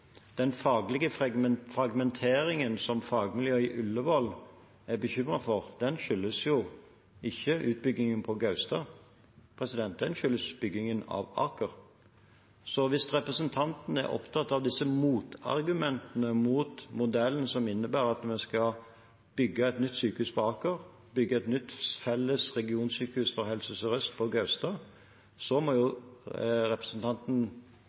Den faglige fragmenteringen som fagmiljøet ved Ullevål er bekymret for, skyldes jo ikke utbyggingen på Gaustad. Den skyldes byggingen av Aker. Så hvis representanten er opptatt av disse motargumentene mot modellen som innebærer at vi skal bygge et nytt sykehus på Aker, og bygge et nytt felles regionsykehus for Helse Sør-Øst på Gaustad, må representanten